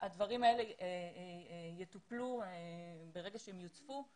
הדברים האלה יטופלו ברגע שהם יוצפו.